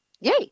Yay